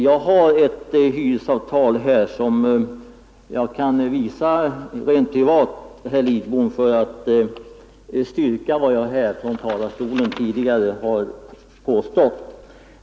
Jag har ett hyresavtal här, som jag kan visa herr Lidbom privat, för att styrka vad jag från talarstolen tidigare har påstått.